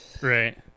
Right